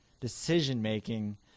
decision-making